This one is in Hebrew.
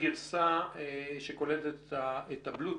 גרסה שקולטת את הבלוטות'.